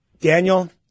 Daniel